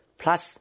plus